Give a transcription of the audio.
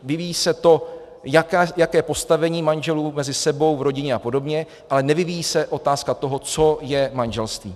Vyvíjí se to, jaké je postavení manželů mezi sebou, v rodině apod., ale nevyvíjí se otázka toho, co je manželství.